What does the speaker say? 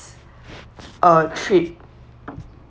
uh trip